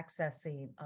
accessing